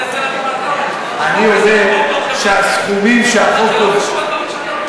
זה לא קשור, הדברים שאתה אומר,